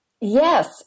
Yes